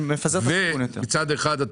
מצד אחד,